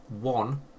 one